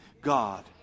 God